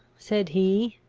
said he,